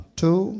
two